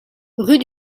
rue